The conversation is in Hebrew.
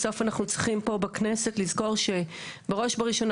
בסוף אנחנו צריכים פה בכנסת לזכור שבראש ובראשונה